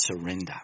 surrender